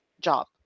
job